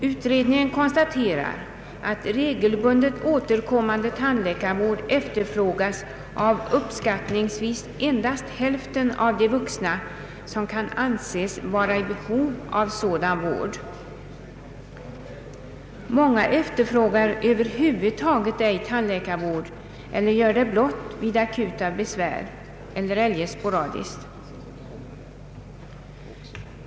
Utredningen konstaterade att regelbundet återkommande tandläkarvård efterfrågas av uppskattningsvis endast hälften av de vuxna som kan anses vara i behov av sådan vård. Många efterfrågar över huvud taget ej tandläkarvård eller gör det blott vid akuta besvär eller eljest sporadiskt.